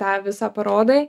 tą visą parodai